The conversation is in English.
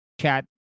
chat